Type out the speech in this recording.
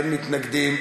אין מתנגדים,